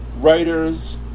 writers